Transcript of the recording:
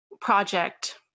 project